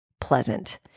pleasant